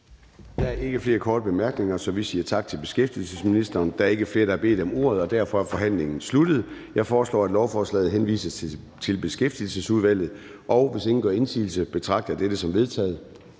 Der er ikke flere korte bemærkninger, så vi siger tak til beskæftigelsesministeren. Der er ikke flere, der har bedt om ordet, og derfor er forhandlingen sluttet. Jeg foreslår, at lovforslaget henvises til Beskæftigelsesudvalget. Hvis ingen gør indsigelse, betragter jeg dette som vedtaget.